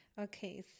Okay